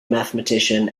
mathematician